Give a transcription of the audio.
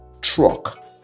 truck